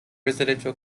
residential